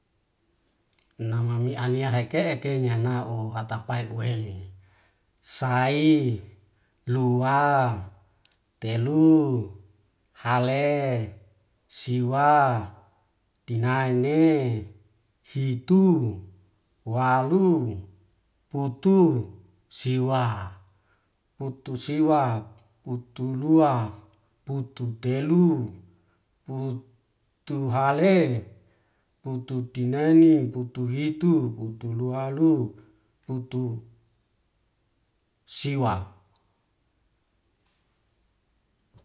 nama mi anea heke, hekenya nau hatapai uweini. Sai, lua, telu, hale, siwa, tinaine, hitu, walu, putu, siwa, utusiwa, utulua, pututelu, putuhale, pututinini, utuhitu, utulualu, ututusiwa